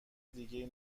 دیگه